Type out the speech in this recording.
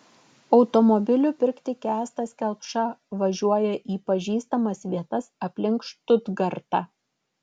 automobilių pirkti kęstas kelpša važiuoja į pažįstamas vietas aplink štutgartą